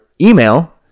email